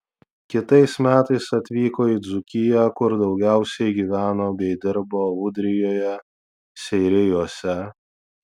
kitais metais atvyko į dzūkiją kur daugiausiai gyveno bei dirbo ūdrijoje seirijuose